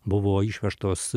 buvo išvežtos